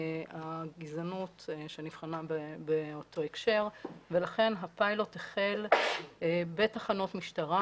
הגזענות שנבחנה באותו הקשר ולכן הפיילוט החל בתחנות משטרה,